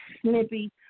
snippy